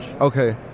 Okay